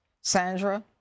Sandra